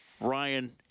Ryan